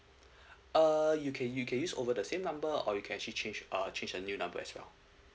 uh you can you can use over the same number or you can actually change uh change a new number as well